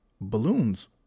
balloons